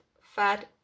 fat